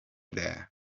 there